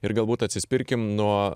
ir galbūt atsispirkim nuo